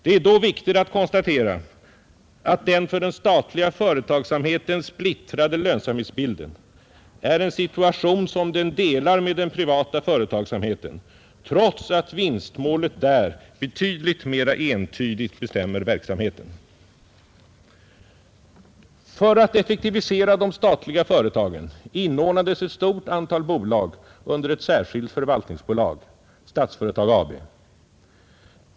Det är då viktigt att konstatera att den för den statliga företagsamheten splittrade lönsamhetsbilden är en situation, som den delar med den privata företagsamheten, trots att vinstmålet där betydligt mera entydigt bestämmer verksamheten. För att effektivisera de statliga företagen inordnades ett stort antal bolag under ett särskilt förvaltningsbolag — Statsföretag AB.